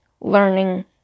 learning